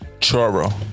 Choro